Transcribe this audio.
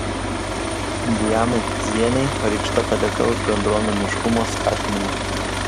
dianai kizienei pareikšta padėka už bendruomeniškumo skatinimą